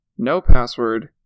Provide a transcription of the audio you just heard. NoPassword